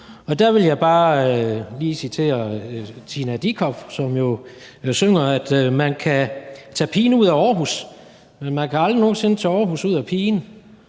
Der vil jeg bare lige citere Tina Dickow, som jo synger, at man kan tage pigen ud af Aarhus, men man kan aldrig nogen sinde tage Aarhus ud af pigen.